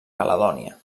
caledònia